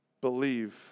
believe